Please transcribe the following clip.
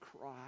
cry